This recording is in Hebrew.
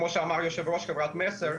כמו שאמר יושב ראש חברת מסר,